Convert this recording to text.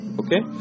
okay